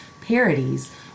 parodies